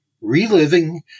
Reliving